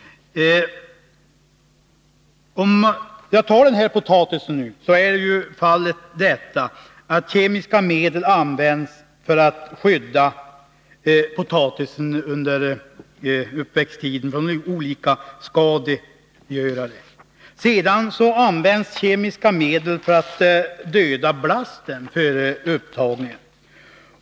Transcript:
När det gäller potatisen används kemiska medel för att skydda potatisen under uppväxttiden från olika skadegörare. Sedan används kemiska medel för att döda blasten före upptagningen.